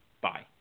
Bye